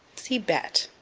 see bet.